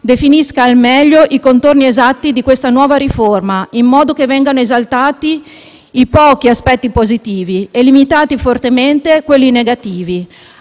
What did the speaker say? definisca al meglio i contorni esatti di questa nuova riforma, in modo che vengano esaltati i pochi aspetti positivi e limitati quelli fortemente negativi,